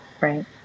Right